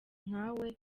nkawe